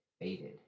faded